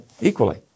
equally